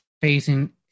facing